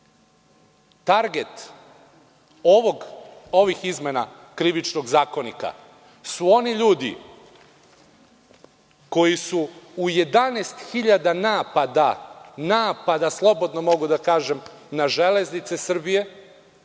ovih izmena Krivičnog zakonika su oni ljudi koji su u 11.000 napada, slobodno mogu da kažem napada, na „Železnice Srbije“